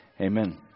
Amen